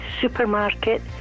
supermarket